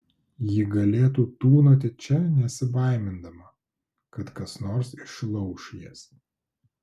ji galėtų tūnoti čia nesibaimindama kad kas nors išlauš jas